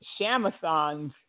shamathons